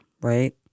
right